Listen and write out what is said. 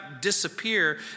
disappear